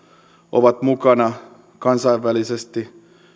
ovat mukana kansainvälisesti